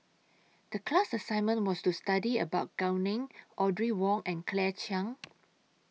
The class assignment was to study about Gao Ning Audrey Wong and Claire Chiang